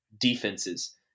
defenses